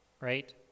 right